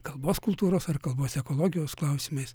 kalbos kultūros ar kalbos ekologijos klausimais